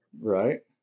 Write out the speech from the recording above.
right